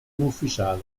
ufficiale